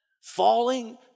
falling